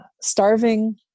starving